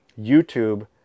youtube